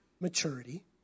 maturity